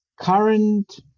current